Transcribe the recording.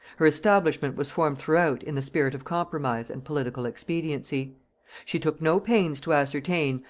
her establishment was formed throughout in the spirit of compromise and political expediency she took no pains to ascertain,